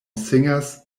singers